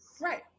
Right